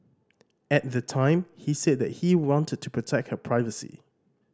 at the time he said that he wanted to protect her privacy